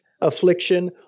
affliction